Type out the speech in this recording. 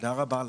תודה רבה לך.